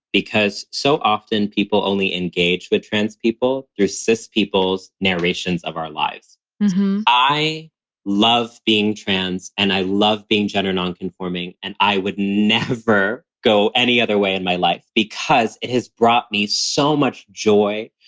because so often people only engage with trans people through cis people's narrations of our lives mmhmm i love being trans and i love being gender nonconforming. and i would never go any other way in my life because it has brought me so much joy,